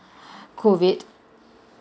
COVID